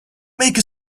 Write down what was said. make